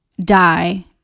die